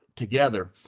Together